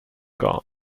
gone